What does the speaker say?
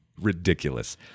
Ridiculous